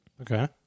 Okay